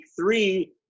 three